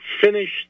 finished